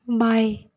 बाएँ